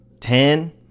ten